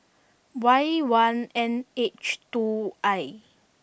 Y one N H two I